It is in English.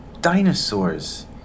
Dinosaurs